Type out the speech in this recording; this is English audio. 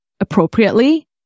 appropriately